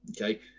Okay